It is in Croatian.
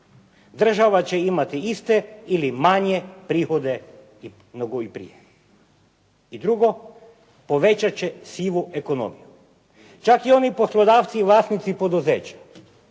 država će imati iste ili manje prihode nego prije. I drugo, povećat će sivu ekonomiju. Čak i oni poslodavci i vlasnici poduzeća